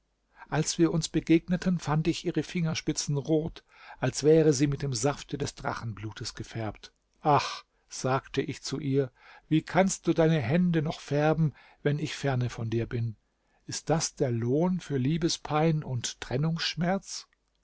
als wir uns begegneten fand ich ihre fingerspitzen rot als wären sie mit dem safte des drachenblutes gefärbt ach sagte ich zu ihr wie kannst du deine hände noch färben wenn ich ferne von dir bin ist das der lohn für liebespein und trennungsschmerz